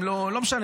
לא משנה,